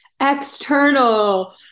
external